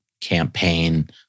campaign